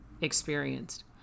experienced